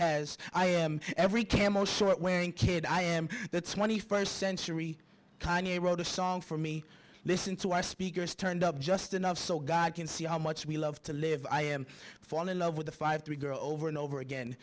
has i am every camel short wearing kid i am that's when he first century kanye wrote a song for me listen to our speakers turned up just enough so god can see how much we love to live i am falling in love with the five three girls over and over again